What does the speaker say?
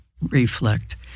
reflect